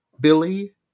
Billy